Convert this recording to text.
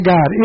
God